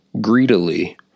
greedily